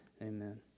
Amen